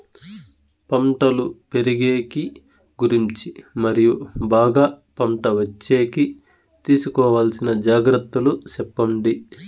పంటలు పెరిగేకి గురించి మరియు బాగా పంట వచ్చేకి తీసుకోవాల్సిన జాగ్రత్త లు సెప్పండి?